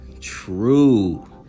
true